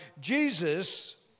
Jesus